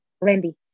randy